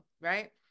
right